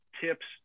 tips